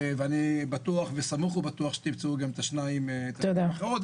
ואני סמוך ובטוח שתמצאו גם את השניים האחרים,